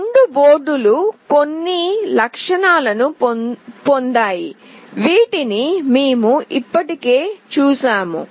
రెండు బోర్డులు కొన్ని లక్షణాలను పొందాయి వీటిని మేము ఇప్పటికే చూశాము